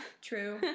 True